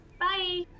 Bye